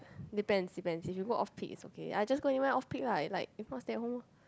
depends depends if you go off peak is okay !aiya! just go anywhere off peak lah like if not stay at home